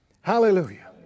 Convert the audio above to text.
Hallelujah